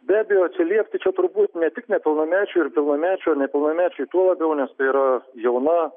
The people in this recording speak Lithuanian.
be abejo atsiliepti čia turbūt ne tik nepilnamečiui ir pilnamečiui ar nepilnamečiui tuo labiau nes tai yra jauna